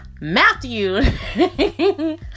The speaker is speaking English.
Matthew